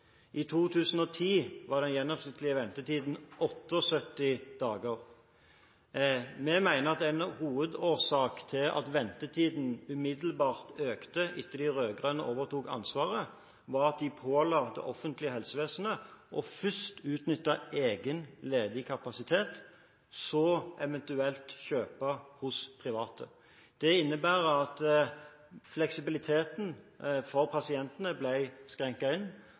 I 2010 var den gjennomsnittlige ventetiden 78 dager. Vi mener at en hovedårsak til at ventetiden økte umiddelbart etter at de rød-grønne overtok ansvaret, var at de påla det offentlige helsevesenet først å utnytte egen ledig kapasitet, og så eventuelt kjøpe hos private. Det innebar at fleksibiliteten for pasientene